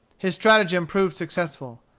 his stratagem proved successful.